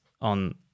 on